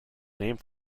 named